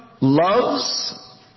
loves